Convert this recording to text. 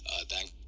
thank